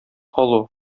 алу